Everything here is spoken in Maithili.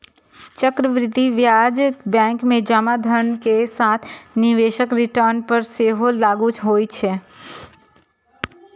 चक्रवृद्धि ब्याज बैंक मे जमा धन के साथ निवेशक रिटर्न पर सेहो लागू होइ छै